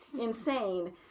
insane